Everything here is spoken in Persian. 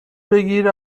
بگیر